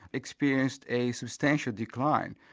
experienced a substantial decline,